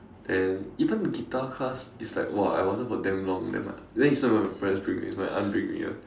then even guitar class it's like !wah! I wanted for damn long then my then it's not even my parents bring me it's my aunt bring me [one]